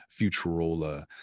Futurola